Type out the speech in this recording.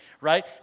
right